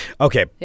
Okay